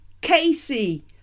Casey